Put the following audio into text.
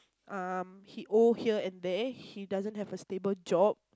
um he owe here and there he doesn't have a stable job